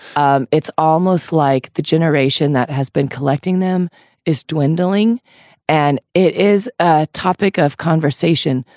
um it's almost like the generation that has been collecting them is dwindling and it is a topic of conversation.